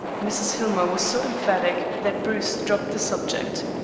mrs. hillmer was so emphatic that bruce dropped the subject.